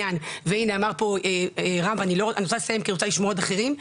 אני רוצה לסיים כי אני רוצה לשמוע עוד אחרים,